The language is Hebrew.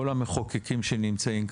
כל המחוקקים שנמצאים כאן,